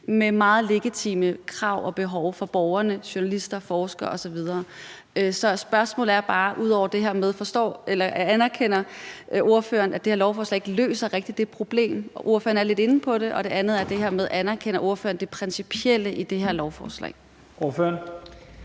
fra meget legitime krav fra og behov for borgere, journalister, forskere osv. Så spørgsmålet er bare, om ordføreren anerkender, af det her lovforslag ikke rigtig løser det problem. Ordføreren er lidt inde på det. Og et andet spørgsmål er: Anerkender ordføreren det principielle i det her lovforslag? Kl.